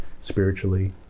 spiritually